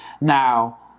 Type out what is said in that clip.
Now